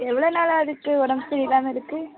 எவ்வளோ நாளாக அதுக்கு உடம்பு சரியில்லாமல் இருக்குது